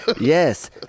Yes